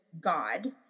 God